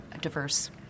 diverse